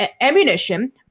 ammunition